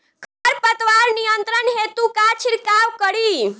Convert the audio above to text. खर पतवार नियंत्रण हेतु का छिड़काव करी?